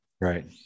Right